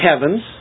heavens